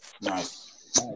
Nice